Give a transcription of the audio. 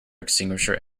extinguisher